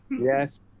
Yes